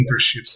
Internships